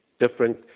different